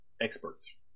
experts